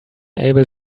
able